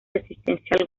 resistencia